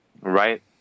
Right